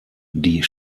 die